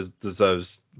deserves